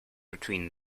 between